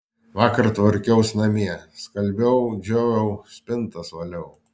vakar tvarkiaus namie skalbiau džioviau spintas valiau